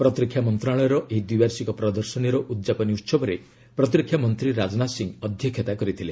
ପ୍ରତିରକ୍ଷା ମନ୍ତ୍ରଣାଳୟର ଏହି ଦ୍ୱିବାର୍ଷିକ ପ୍ରଦର୍ଶନୀର ଉଦ୍ଯାପନୀ ଉତ୍ସବରେ ପ୍ରତିରକ୍ଷା ମନ୍ତ୍ରୀ ରାଜନାଥ ସିଂହ ଅଧ୍ୟକ୍ଷତା କରିଥିଲେ